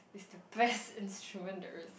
is the best instrument there is